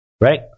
right